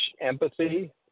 empathy